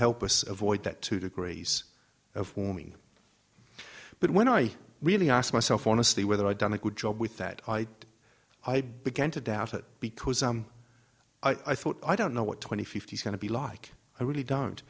help us avoid that two degrees of warming but when i really asked myself honestly whether i'd done a good job with that idea i began to doubt it because i thought i don't know what twenty fifty thousand to be like i really don't